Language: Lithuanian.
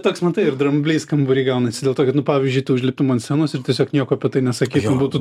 toks matai ir dramblys kambary gaunasi dėl to kad nu pavyzdžiui tu užliptum ant scenos ir tiesiog nieko apie tai nesakytum būtų